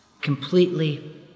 completely